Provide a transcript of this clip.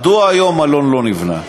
מדוע היום מלון לא נבנה?